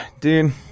dude